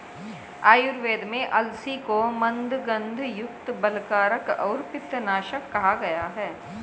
आयुर्वेद में अलसी को मन्दगंधयुक्त, बलकारक और पित्तनाशक कहा गया है